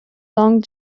long